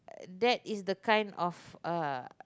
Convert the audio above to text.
that is the kind of uh